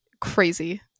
crazy